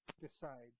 decides